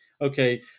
Okay